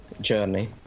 journey